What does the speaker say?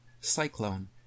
cyclone